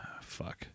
fuck